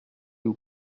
vous